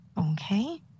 Okay